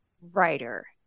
writer